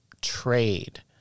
trade